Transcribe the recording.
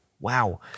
Wow